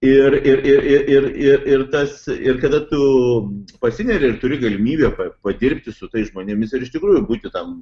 ir ir ir ir ir ir tas ir kada tu pasineri ir turi galimybę pa padirbti su tais žmonėmis ir iš tikrųjų būti tam